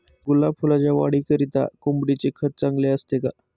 गुलाब फुलाच्या वाढीकरिता कोंबडीचे खत चांगले असते का?